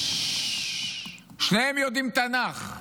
שניהם יודעים תנ"ך.